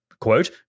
quote